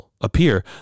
appear